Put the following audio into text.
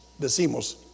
decimos